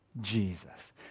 jesus